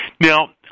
Now